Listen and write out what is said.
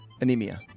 Anemia